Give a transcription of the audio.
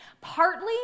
partly